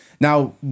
Now